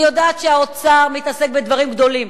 אני יודעת שהאוצר מתעסק בדברים גדולים,